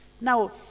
Now